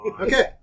Okay